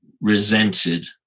resented